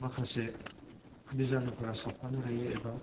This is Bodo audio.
माखासे बिजानुफोरा साबफानो हायो एबा